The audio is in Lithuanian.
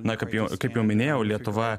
na kaip jau kaip jau minėjau lietuva